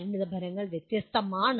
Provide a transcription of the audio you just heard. പരിണതഫലങ്ങൾ വ്യത്യസ്തമാണ്